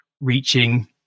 reaching